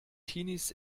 teenies